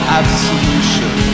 absolution